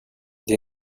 det